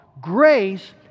Grace